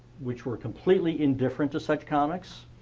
which were completely indifferent to such comics.